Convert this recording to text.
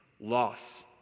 loss